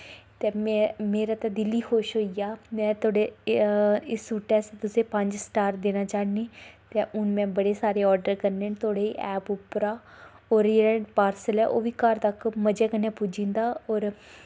ते मेरा ते दिल गै खुश होई आ में इस सूट आस्तै तुसें गी पंज स्टार देना चाह्न्नीं ते हून में बड़े सारे आर्डर करने न थोआढ़ी ऐप उप्परा और एह् पार्सल ऐ मजे कन्नै घर तक पुज्जी जंदा होर